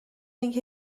اینکه